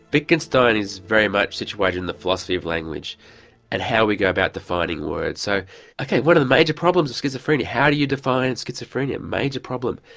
wittgenstein is very much situated in the philosophy of language and how we go about defining words. so okay one of the major problems with schizophrenia, how do you define schizophrenia? major problem.